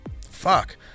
Fuck